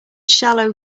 shallow